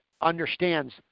understands